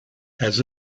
has